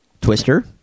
Twister